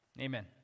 Amen